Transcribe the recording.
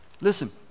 listen